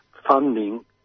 Funding